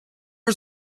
for